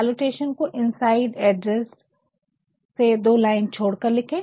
salutation को inside address से दो लाइन छोड़कर लिखे